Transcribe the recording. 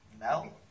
No